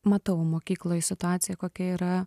matau mokykloj situaciją kokia yra